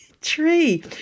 Tree